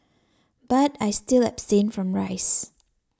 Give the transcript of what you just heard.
but I still abstain from rice